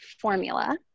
formula